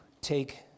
take